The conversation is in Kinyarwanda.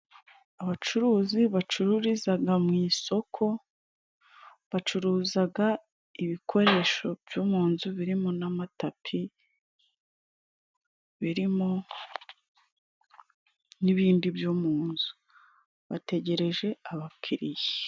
Abacuruzi bacururizaga mu isoko bacuruzaga ibikoresho byo mu nzu , birimo n'amatapi birimo n'ibindi byo mu nzu , bategereje abakiriya.